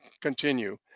continue